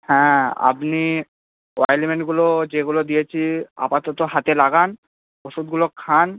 হ্যাঁ আপনি অয়েনমেন্টগুলো যেগুলো দিয়েছি আপাতত হাতে লাগান ওষুধগুলো খান